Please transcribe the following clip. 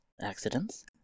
accidents